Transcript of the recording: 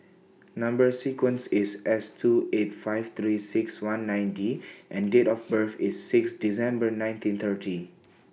Number sequence IS S two eight five three six one nine D and Date of birth IS six December nineteen thirty